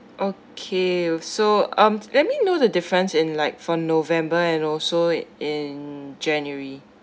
okay so um let me know the difference in like for november and also in january